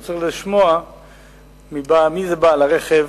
הוא צריך לשמוע מי זה בעל הרכב,